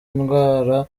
ndwara